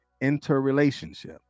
interrelationship